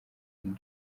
king